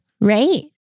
Right